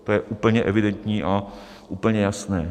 To je úplně evidentní a úplně jasné.